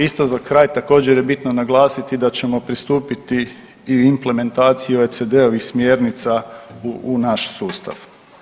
Isto za kraj također je bitno naglasiti da ćemo pristupiti i implementaciji OECD-ovih smjernica u naš sustav.